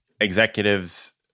executives –